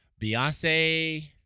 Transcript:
Beyonce